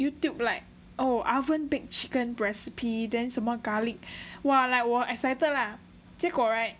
Youtube like oh oven baked chicken recipe then 什么 garlic !wah! like 我 excited lah 结果 right